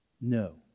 No